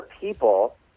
people